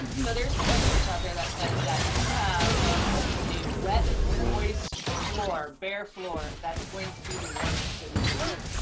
you know there's some research out there that says that if you have a wet moist floor, bare floor, that's going to be the warmest in the vineyard.